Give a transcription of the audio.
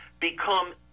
become